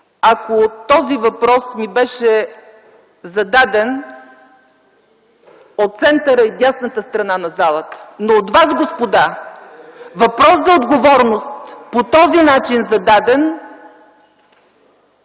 ако този въпрос ми беше зададен от центъра и дясната страна на залата. Но от вас, господа, въпрос за отговорност, зададен